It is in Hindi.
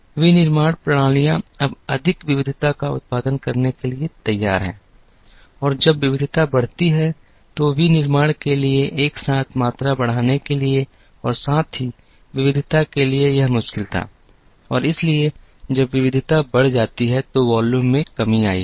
इसलिए विनिर्माण प्रणालियां अब अधिक विविधता का उत्पादन करने के लिए तैयार हैं और जब विविधता बढ़ती है तो विनिर्माण के लिए एक साथ मात्रा बढ़ाने के लिए और साथ ही विविधता के लिए यह मुश्किल था और इसलिए जब विविधता बढ़ जाती है तो वॉल्यूम में कमी आई है